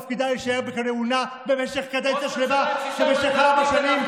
תפקידה להישאר בכהונה במשך קדנציה שלמה במשך ארבע שנים,